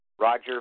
Roger